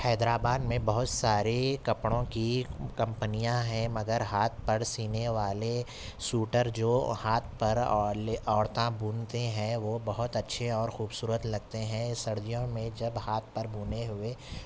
حیدر آباد میں بہت ساری کپڑوں کی کمپنیاں ہیں مگر ہاتھ پر سینے والے سوٹر جو ہاتھ پر اور لے عورتاں بنتے ہیں وہ بہت اچھے اور خوبصورت لگتے ہیں سردیوں میں جب ہاتھ پر بنے ہوئے